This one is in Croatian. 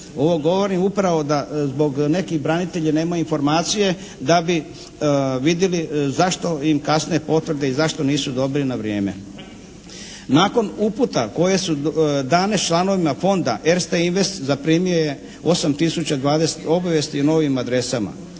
Ovo govorim upravo zbog nekih branitelja, jer nemaju informacije da bi vidjeli zašto im kasne potvrde i zašto nisu dobili na vrijeme. Nakon uputa koje su dane članovima Fonda ERSTE Invest zaprimio je 8 tisuća 20 obavijesti o novih adresama.